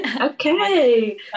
Okay